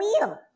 wheel